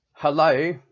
Hello